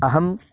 अहं